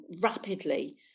rapidly